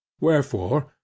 wherefore